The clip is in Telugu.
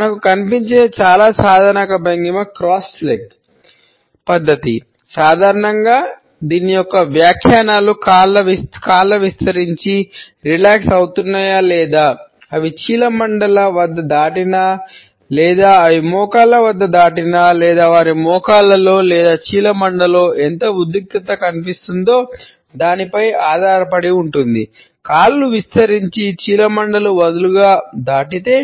మనకు కనిపించే చాలా సాధారణ భంగిమ క్రాస్ లెగ్ వదులుగా దాటితే